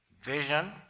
vision